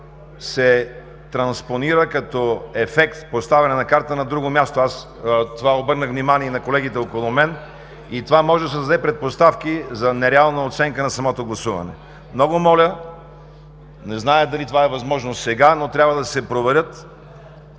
се транспонира като ефект с поставяне на карта на друго място. Това обърнах внимание и на колегите около мен и това може да създаде предпоставки за нереална оценка на самото гласуване. Много моля, не зная дали това е възможно сега, но трябва да се проверят